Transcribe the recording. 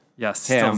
Yes